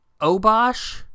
Obosh